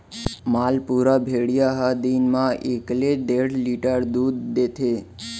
मालपुरा भेड़िया ह दिन म एकले डेढ़ लीटर दूद देथे